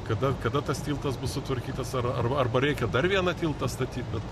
kada kada tas tiltas bus sutvarkytas ar ar arba reikia dar vieną tiltą statyt bet